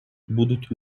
будуть